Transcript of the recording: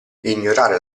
ignorare